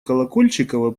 колокольчикова